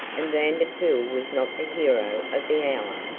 and vanderpool was not the hero of the hour.